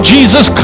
Jesus